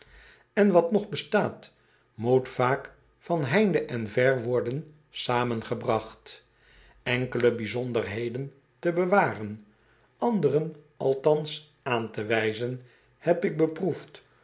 en wat nog bestaat moet vaak van heinde en ver worden zamengebragt nkele bijzonderheden te bewaren anderen althans aan te wijzen heb ik beproefd